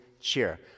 cheer